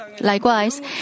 Likewise